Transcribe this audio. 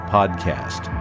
Podcast